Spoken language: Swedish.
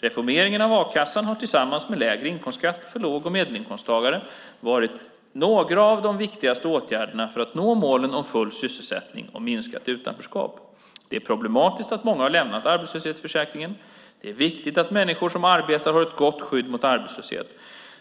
Reformeringen av a-kassan har tillsammans med lägre inkomstskatt för låg och medelinkomsttagare varit några av de viktigaste åtgärderna för att nå målen om full sysselsättning och minskat utanförskap. Det är problematiskt att många har lämnat arbetslöshetsförsäkringen. Det är viktigt att människor som arbetar har ett gott skydd mot arbetslöshet.